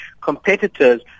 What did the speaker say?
competitors